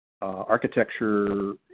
architecture